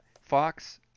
Fox